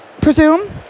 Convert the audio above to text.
presume